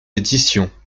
éditions